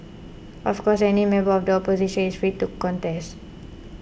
of course any member of the opposition is free to contest